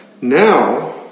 Now